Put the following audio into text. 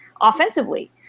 offensively